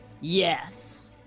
yes